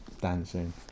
dancing